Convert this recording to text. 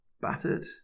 battered